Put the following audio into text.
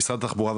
משרד התחבורה,